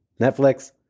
Netflix